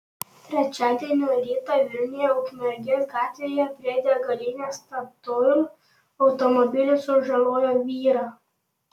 trečiadienio rytą vilniuje ukmergės gatvėje prie degalinės statoil automobilis sužalojo vyrą